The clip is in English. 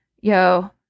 Yo